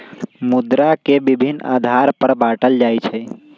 मुद्रा के विभिन्न आधार पर बाटल जाइ छइ